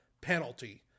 penalty